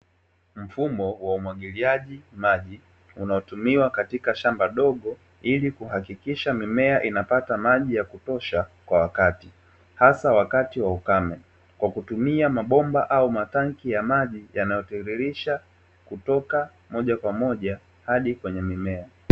Mfumo wa umwagiliaji maji unaotumiwa katika shamba dogo ili kuhakikisha mimea inapata maji ya kutosha kwa wakati hasa wakati wa ukame, kwa kutumia mabomba au matangi ya maji yanayotiririsha kutoka moja kwa moja hadi kwenye mimea.